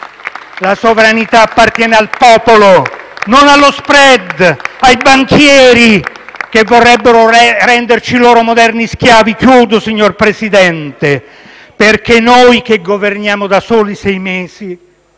La sovranità appartiene al popolo, non allo *spread* e ai banchieri, che vorrebbero renderci loro moderni schiavi. Chiudo, signor Presidente. Noi, che governiamo da soli sei mesi,